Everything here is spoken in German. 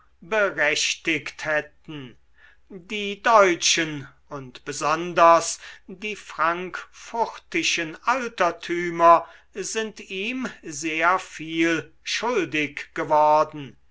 berechtigt hätten die deutschen und besonders die frankfurtischen altertümer sind ihm sehr viel schuldig geworden